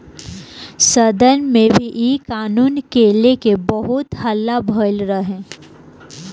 सदन में भी इ कानून के लेके बहुत हल्ला भईल रहे